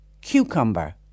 cucumber